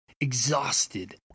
exhausted